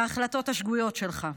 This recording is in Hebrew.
וההחלטות השגויות שלך.